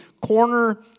corner